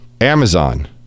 Amazon